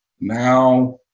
now